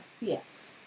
Yes